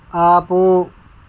ఆపు